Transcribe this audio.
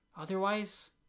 Otherwise